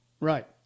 Right